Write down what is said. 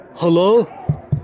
Hello